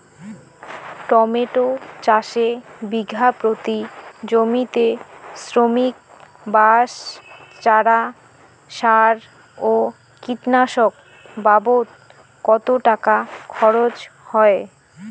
Tomato চাষে বিঘা প্রতি জমিতে শ্রমিক, বাঁশ, চারা, সার ও কীটনাশক বাবদ কত টাকা খরচ হয়?